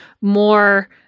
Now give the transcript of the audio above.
more